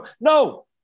No